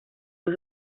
aux